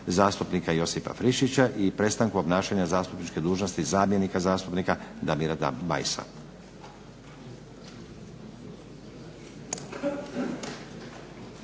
zastupnika Josipa Friščića i prestanku obnašanja zastupničke dužnosti zamjenika zastupnika Damira Bajsa.